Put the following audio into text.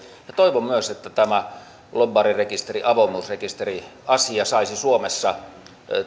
ja toivon myös että tämä lobbarirekisteri avoimuusrekisteriasia saisi suomessa